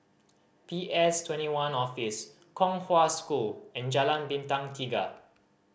P S Twenty one Office Kong Hwa School and Jalan Bintang Tiga